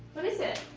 what is it?